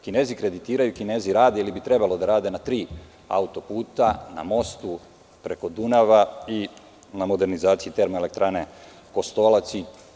Kinezi kreditiraju, Kinezi rade, ili bi trebalo da rade, na tri autoputa, na mostu preko Dunava i na modernizaciji TE „Kostolac“